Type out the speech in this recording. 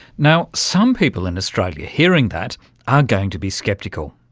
now, some people in australia hearing that are going to be sceptical,